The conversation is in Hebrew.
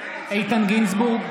איתן גינזבורג,